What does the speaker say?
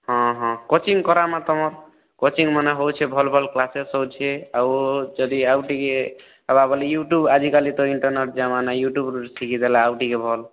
ହଁ ହଁ କୋଚିଙ୍ଗ୍ କରାମା ତମର୍ କୋଚିଙ୍ଗ୍ମାନେ ହେଉଛେ ଭଲ୍ ଭଲ୍ କ୍ଲାସ୍ସେସ୍ ହେଉଛେ ଆଉ ଯଦି ଆଉ ଟିକେ ହେବା ବୋଲେ ୟୁଟୁବ୍ରୁ ଆଜିକାଲି ଇଣ୍ଟର୍ନେଟ୍ରେ ଜମାନା ୟୁଟୁବ୍ରୁ ଟିକେ ଦେଖିଦେଲେ ଆଉ ଟିକେ ଭଲ୍